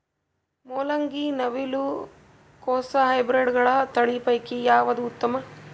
ಮೊಲಂಗಿ, ನವಿಲು ಕೊಸ ಹೈಬ್ರಿಡ್ಗಳ ತಳಿ ಪೈಕಿ ಯಾವದು ಉತ್ತಮ?